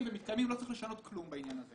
ומתקיימים ולא צריך לשנות כלום בעניין.